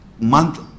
month